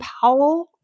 Powell